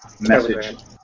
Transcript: message